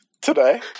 today